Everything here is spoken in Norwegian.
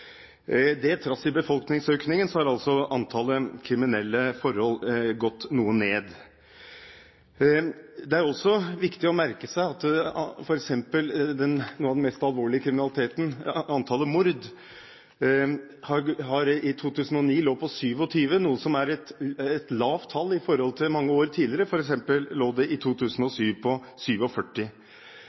000. Trass i befolkningsøkningen er altså antallet kriminelle forhold gått noe ned. Det er også viktig å merke seg at noe av den alvorligste kriminaliteten – antallet mord – i 2009 var 27. Dette er et lavt tall i forhold til hva det var mange år tidligere. I 2007